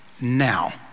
now